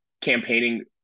campaigning